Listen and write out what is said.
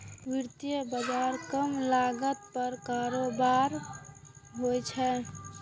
वित्तीय बाजार कम लागत पर कारोबार होइ छै